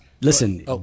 listen